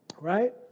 right